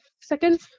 second